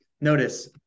notice